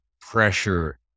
pressure